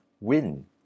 Win